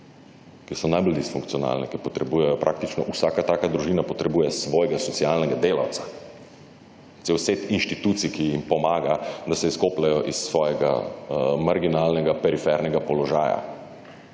Ki so najbolj disfunkcionalne, ki potrebujejo, praktično vsaka taka družina potrebuje svojega socialnega delavca, cel set inštitucij, ki jim pomaga, da se izkopljejo iz svojega marginalnega, perifernega položaja,